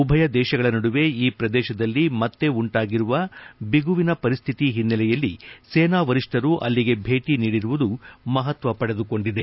ಉಭಯ ದೇಶಗಳ ನಡುವೆ ಈ ಪ್ರದೇಶದಲ್ಲಿ ಮತ್ತೆ ಉಂಟಾಗಿರುವ ಬಿಗುವಿನ ಪರಿಸ್ಥಿತಿ ಹಿನ್ನೆಲೆಯಲ್ಲಿ ಸೇನಾ ವರಿಷ್ಣರು ಅಲ್ಲಿಗೆ ಭೇಟಿ ನೀಡಿರುವುದು ಮಹತ್ವ ಪಡೆದುಕೊಂಡಿದೆ